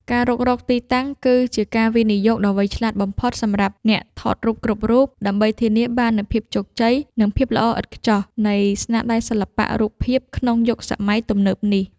ការរុករកទីតាំងគឺជាការវិនិយោគដ៏វៃឆ្លាតបំផុតសម្រាប់អ្នកថតរូបគ្រប់រូប ដើម្បីធានាបាននូវ ភាពជោគជ័យ និងភាពល្អឥតខ្ចោះ នៃស្នាដៃសិល្បៈរូបភាពក្នុងយុគសម័យទំនើបនេះ។